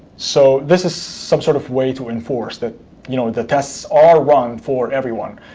so this is some sort of way to enforce that you know the tests are run for everyone.